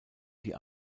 die